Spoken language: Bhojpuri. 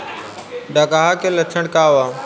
डकहा के लक्षण का वा?